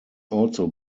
also